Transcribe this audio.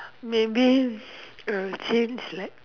maybe I'll change like